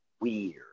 weird